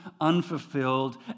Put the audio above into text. unfulfilled